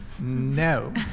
No